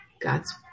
God's